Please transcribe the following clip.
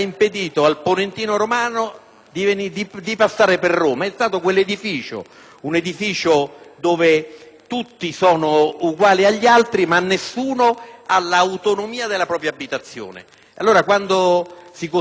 di entrare in città. È quello un edificio dove tutti sono uguali agli altri, ma nessuno ha l'autonomia della propria abitazione. Quando si costruiscono quartieri dormitorio